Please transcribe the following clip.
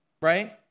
right